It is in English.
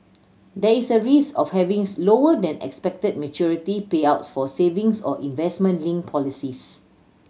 there is a risk of having lower than expected maturity payouts for savings or investment linked policies